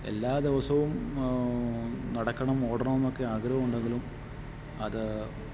എല്ലാ ദിവസവും നടക്കണം ഓടണം എന്നൊക്കെ ആഗ്രഹം ഉണ്ടെങ്കിലും അത്